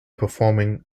performing